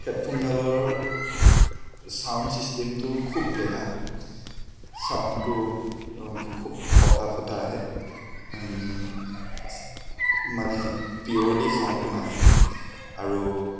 হেডফোনডালৰ ছাউণ্ড ছিষ্টেমটো খুব বেয়া ছাউণ্ডটো খুব ফটা ফটা আহে মানে পিউৰলী ছাউণ্ডটো নাহে আৰু